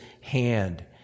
hand